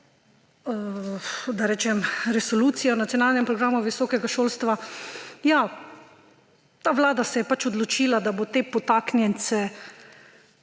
pa tiče same resolucije o Nacionalnem programu visokega šolstva; ja, ta vlada se je odločila, da bo te podtaknjence